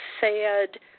sad